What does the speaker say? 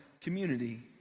community